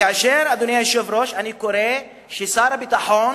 כאשר, אדוני היושב-ראש, אני קורא ששר הביטחון